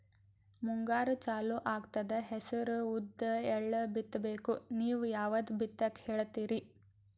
ಮುಂಗಾರು ಚಾಲು ಆಗ್ತದ ಹೆಸರ, ಉದ್ದ, ಎಳ್ಳ ಬಿತ್ತ ಬೇಕು ನೀವು ಯಾವದ ಬಿತ್ತಕ್ ಹೇಳತ್ತೀರಿ?